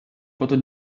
фото